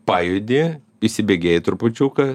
pajudi įsibėgėji trupučiuką